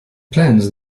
plans